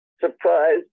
surprise